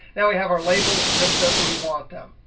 now, we have our labels just as we want them,